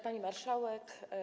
Pani Marszałek!